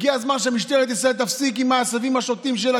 הגיע הזמן שמשטרת ישראל תפסיק עם העשבים השוטים שלה,